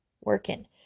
working